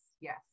yes